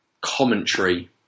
commentary